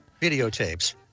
videotapes